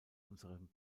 unseren